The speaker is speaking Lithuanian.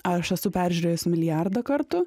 aš esu peržiūrėjus milijardą kartų